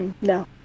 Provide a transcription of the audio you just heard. No